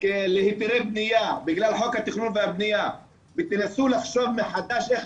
להיתרי בנייה ותנסו לחשוב מחדש איך